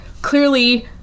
clearly